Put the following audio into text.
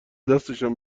دستشان